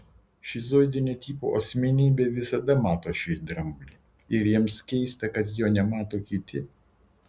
šizoidinio tipo asmenybė visada mato šį dramblį ir jiems keista kad jo nemato kiti